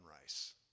rice